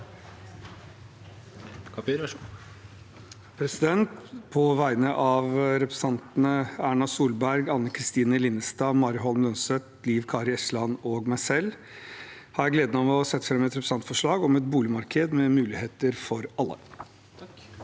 På vegne av repre- sentantene Erna Solberg, Anne Kristine Linnestad, Mari Holm Lønseth, Liv Kari Eskeland og meg selv har jeg gleden av å sette fram et representantforslag om et boligmarked med muligheter for alle.